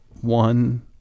one